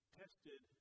tested